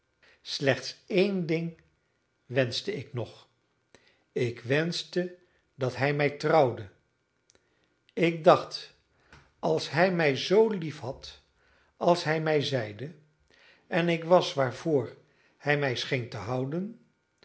slechts één ding wenschte ik nog ik wenschte dat hij mij trouwde ik dacht als hij mij zoo liefhad als hij mij zeide en ik was waarvoor hij mij scheen te houden